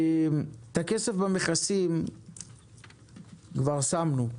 את הכסף במכסים כבר שמנו,